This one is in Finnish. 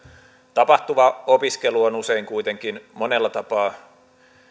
tapahtuva opiskelu on usein kuitenkin monella tapaa